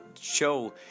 show